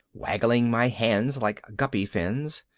wiggling my hands like guppy fins,